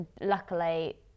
luckily